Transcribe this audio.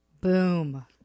Boom